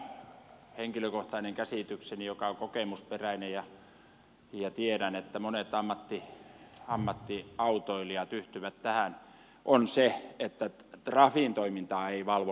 minun henkilökohtainen käsitykseni joka on kokemusperäinen ja tiedän että monet ammattiautoilijat yhtyvät tähän on se että trafin toimintaa ei valvo kukaan